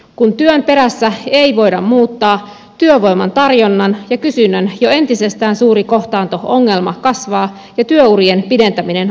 kun työn perässä ei voida muuttaa työvoiman tarjonnan ja kysynnän jo entisestään suuri kohtaanto ongelma kasvaa ja työurien pidentäminen alkupäästä vaikeutuu